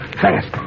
fast